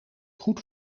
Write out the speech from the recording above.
goed